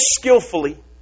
skillfully